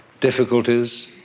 difficulties